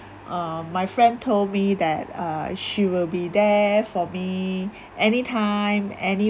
uh my friend told me that uh she will be there for me anytime any